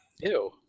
Ew